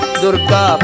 durka